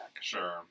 Sure